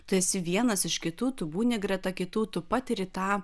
tu esi vienas iš kitų tu būni greta kitų tu patiri tą